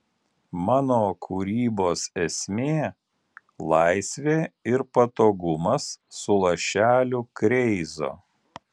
mano kūrybos esmė laisvė ir patogumas su lašeliu kreizo